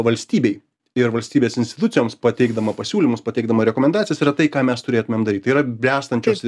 valstybei ir valstybės institucijoms pateikdama pasiūlymus pateikdama rekomendacijas yra tai ką mes turėtumėm daryt tai yra bręstančios